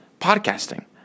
podcasting